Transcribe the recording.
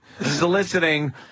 soliciting